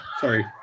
sorry